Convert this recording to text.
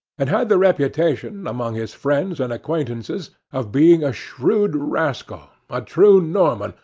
and had the reputation, among his friends and acquaintances, of being a shrewd rascal a true norman,